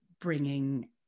bringing